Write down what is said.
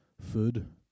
food